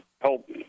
help